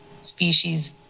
species